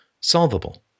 solvable